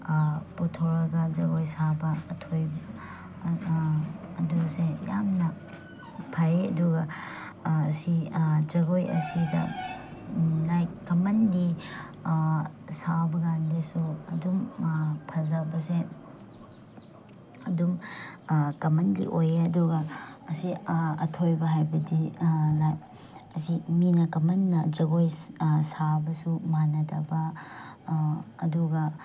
ꯄꯨꯊꯣꯔꯒ ꯖꯒꯣꯏ ꯁꯥꯕ ꯑꯗꯨꯁꯦ ꯌꯥꯝꯅ ꯐꯩ ꯑꯗꯨꯒ ꯁꯤ ꯖꯒꯣꯏ ꯑꯁꯤꯗ ꯂꯥꯏꯛ ꯀꯃꯟꯂꯤ ꯁꯥꯕ ꯀꯥꯟꯗꯁꯨ ꯑꯗꯨꯝ ꯐꯖꯕꯁꯦ ꯑꯗꯨꯝ ꯀꯃꯟꯂꯤ ꯑꯣꯏꯌꯦ ꯑꯗꯨꯒ ꯑꯁꯤ ꯑꯊꯣꯏꯕ ꯍꯥꯏꯕꯗꯤ ꯂꯥꯏꯛ ꯑꯁꯤ ꯃꯤꯅ ꯀꯃꯟꯅ ꯖꯒꯣꯏ ꯁꯥꯕꯁꯨ ꯃꯥꯟꯅꯗꯕ ꯑꯗꯨꯒ